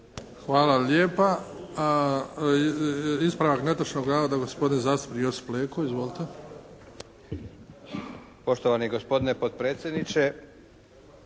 Hvala lijepa. Ispravak netočnog navoda gospodin zastupnik Josip Leko. Izvolite. **Leko, Josip (SDP)** Poštovani gospodine potpredsjedniče,